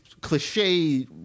cliche